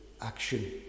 action